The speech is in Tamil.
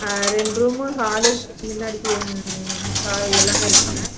ரெண்டு ரூம்மு ஹால்லு முன்னாடிக்கு ஹா எல்லாமே இருக்குதுங்க